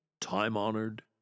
time-honored